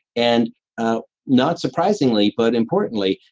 and not surprisingly but importantly,